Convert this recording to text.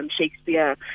Shakespeare